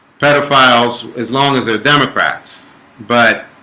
paedophiles as long as they're democrats but